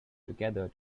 together